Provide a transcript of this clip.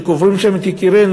קוברים שם את יקירינו,